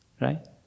Right